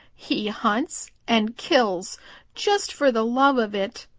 he hunts and kills just for the love of it,